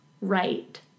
right